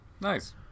Nice